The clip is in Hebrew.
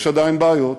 יש עדיין בעיות,